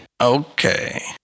Okay